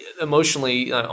emotionally